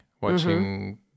watching